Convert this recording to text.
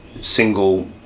single